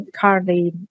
currently